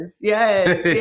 yes